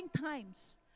times